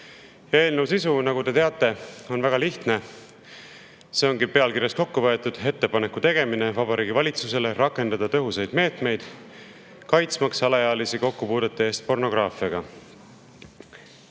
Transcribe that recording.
Eelnõu sisu, nagu te teate, on väga lihtne. See ongi pealkirjas kokku võetud: "Ettepaneku tegemine Vabariigi Valitsusele rakendada tõhusaid meetmeid kaitsmaks alaealisi kokkupuudete eest pornograafiaga".